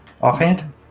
Offhand